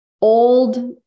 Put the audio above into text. old